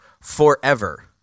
forever